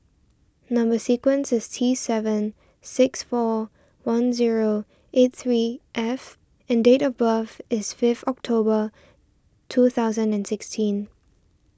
Number Sequence is T seven six four one zero eight three F and date of birth is fifth October two thousand and sixteen